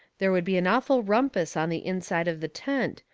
there would be an awful rumpus on the inside of the tent,